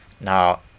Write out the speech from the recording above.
Now